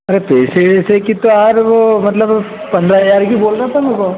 अरे पैसे वेसे की तो आर वो मतलब पन्द्रह हजार की बोल रहा था मेरे को